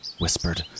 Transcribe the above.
whispered